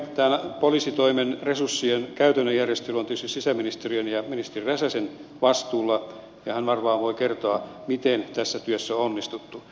tämän poliisitoimen resurssien käytännön järjestely on tietysti sisäministeriön ja ministeri räsäsen vastuulla ja hän varmaan voi kertoa miten tässä työssä on onnistuttu